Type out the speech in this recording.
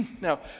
Now